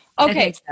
Okay